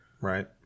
Right